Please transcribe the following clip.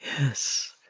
Yes